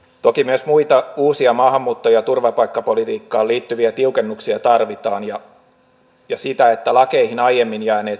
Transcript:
toki myös muita uusia maahanmuutto ja turvapaikkapolitiikkaan liittyviä tiukennuksia tarvitaan ja sitä että lakeihin aiemmin jääneet porsaanreiät tukitaan